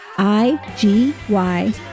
I-G-Y